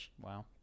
Wow